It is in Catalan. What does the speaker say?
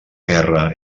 guerra